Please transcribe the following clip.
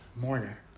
mourner